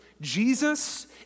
Jesus